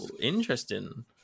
interesting